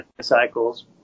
cycles